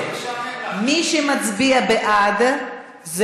מי שמצביע בעד,